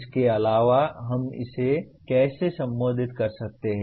इसके अलावा हम इसे कैसे संबोधित कर सकते हैं